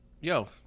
Yo